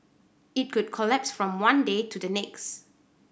it could collapse from one day to the next